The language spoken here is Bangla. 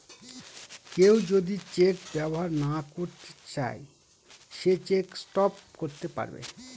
কেউ যদি চেক ব্যবহার না করতে চাই সে চেক স্টপ করতে পারবে